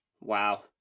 Wow